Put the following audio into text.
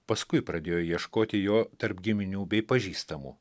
paskui pradėjo ieškoti jo tarp giminių bei pažįstamų